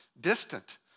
distant